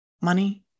money